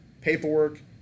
paperwork